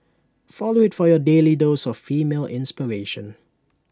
follow IT for your daily dose of female inspiration